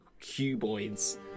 cuboids